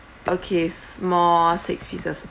okay small six pieces